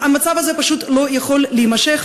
המצב הזה פשוט לא יכול להימשך.